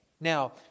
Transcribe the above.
Now